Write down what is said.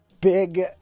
big